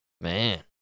Man